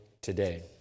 today